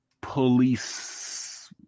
police